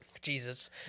Jesus